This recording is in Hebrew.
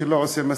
שלא עושה מספיק.